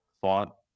thought